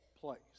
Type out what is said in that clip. place